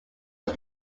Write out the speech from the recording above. was